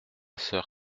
soeur